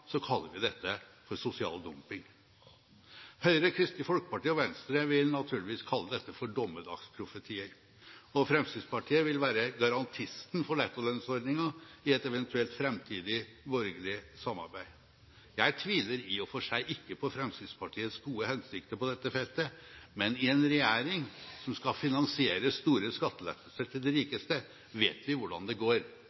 kaller vi dette for sosial dumping. Høyre, Kristelig Folkeparti og Venstre vil naturligvis kalle dette for dommedagsprofetier, og Fremskrittspartiet vil være garantisten for nettolønnsordningen i et eventuelt framtidig borgerlig samarbeid. Jeg tviler i og for seg ikke på Fremskrittspartiets gode hensikter på dette feltet, men i en regjering som skal finansiere store skattelettelser til de